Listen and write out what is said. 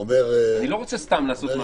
אני לא רוצה סתם לעשות משהו.